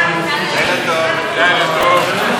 95) (תובע